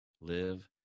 live